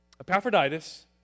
Epaphroditus